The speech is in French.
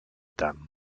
dames